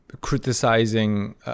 criticizing